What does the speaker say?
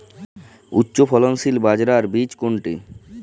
উচ্চফলনশীল বাজরার বীজ কোনটি?